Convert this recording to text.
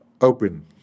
open